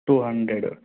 two hundred